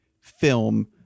film